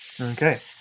Okay